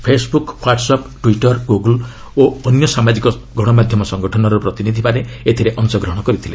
Facebook WhatsApp Twitter Google ଓ ଅନ୍ୟ ସାମାଜିକ ଗଣମାଧ୍ୟମ ସଙ୍ଗଠନର ପ୍ରତିନିଧ୍ୟମାନେ ଏଥିରେ ଅଂଶଗ୍ରହଣ କରିଥିଲେ